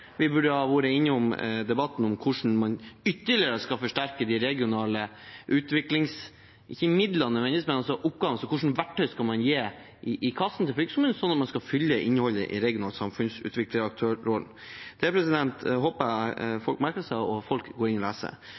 Vi burde ha vært innom debatten om hvordan man ytterligere skal forsterke ikke nødvendigvis de regionale utviklingsmidlene, men oppgavene – altså hvilke verktøy man skal legge i kassen til fylkeskommunen slik at man kan fylle innholdet i regional samfunnsutvikleraktør-rollen. Det håper jeg at folk merker seg og går inn